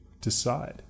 decide